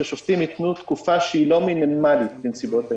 ששופטים יתנו תקופה שהיא לא מינימלית בנסיבות העניין.